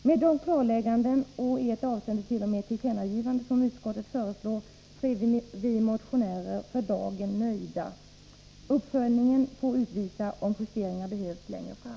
Med de klarlägganden, och i ett avseende t.o.m. tillkännagivande, som utskottet gör, är vi motionärer för dagen nöjda. Uppföljningen får utvisa om justeringar behövs längre fram.